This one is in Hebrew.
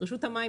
רשות המים,